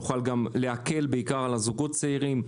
נוכל להקל בעיקר עם הזוגות הצעירים,